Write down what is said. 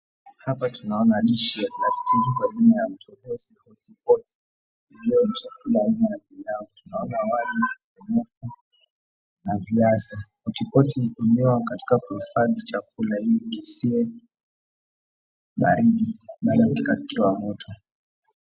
Hapa tunaona dishi ya plastiki kwa jina la hotpot iliyo na chakula aina ya pilau. Tunaona awali na viazi. Hotpot hutumiwa katika kuhifadhi chakula hili lisiwe baridi, bali likiwa moto.